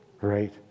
Right